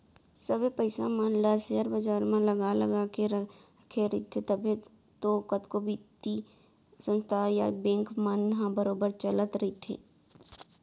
सबे पइसा मन ल सेयर बजार म लगा लगा के रखे रहिथे तभे तो कतको बित्तीय संस्था या बेंक मन ह बरोबर चलत रइथे